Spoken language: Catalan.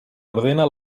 ordena